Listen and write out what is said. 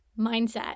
mindset